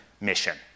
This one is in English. mission